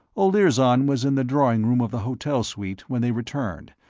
olirzon was in the drawing room of the hotel suite when they returned,